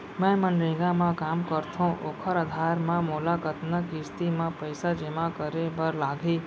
मैं मनरेगा म काम करथो, ओखर आधार म मोला कतना किस्ती म पइसा जेमा करे बर लागही?